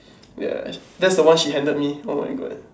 ya that's the one she handed me oh my god